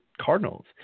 Cardinals